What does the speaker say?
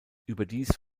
überdies